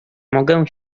mogę